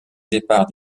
départ